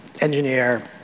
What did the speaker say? engineer